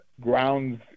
grounds